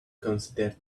consider